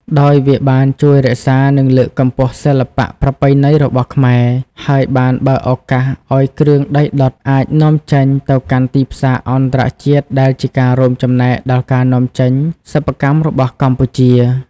ដោយវាបានជួយរក្សា និងលើកកម្ពស់សិល្បៈប្រពៃណីរបស់ខ្មែរ ហើយបានបើកឱកាសឲ្យគ្រឿងដីដុតអាច នាំចេញទៅកាន់ទីផ្សារអន្តរជាតិ ដែលជាការរួមចំណែកដល់ការនាំចេញសិប្បកម្មរបស់កម្ពុជា។